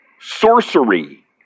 Sorcery